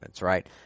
right